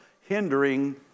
Hindering